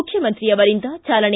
ಮುಖ್ಯಮಂತ್ರಿ ಅವರಿಂದ ಚಾಲನೆ